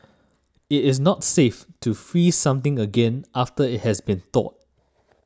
it is not safe to freeze something again after it has been thawed